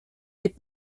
des